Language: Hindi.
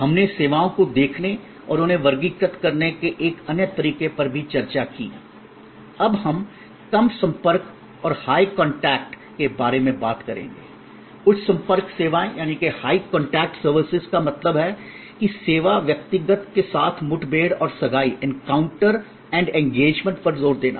हमने सेवाओं को देखने और उन्हें वर्गीकृत करने के एक अन्य तरीके पर भी चर्चा की अब हम कम संपर्क और हाय कांटेक्ट के बारे में बात करेंगे उच्च संपर्क सेवाएं का मतलब है कि सेवा व्यक्तिगत के साथ मुठभेड़ और सगाई इनकाउंटर एंड इंगेजमेंट पर जोर देना